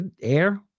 air